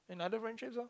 in other friendships lor